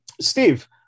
Steve